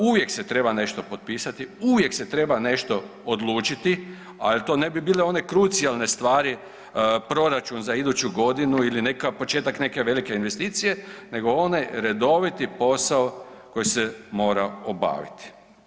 Uvijek se treba nešto potpisati, uvijek se treba nešto odlučiti, ali to ne bi bile one krucijalne stvari proračun za iduću godinu ili početak neke velike investicije nego onaj redoviti posao koji se mora obaviti.